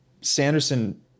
Sanderson